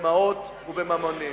במעות ובממון.